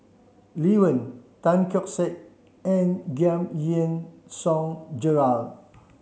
Lee Wen Tan Keong Saik and Giam Yean Song Gerald